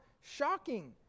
shocking